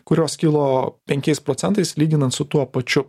kurios kilo penkiais procentais lyginant su tuo pačiu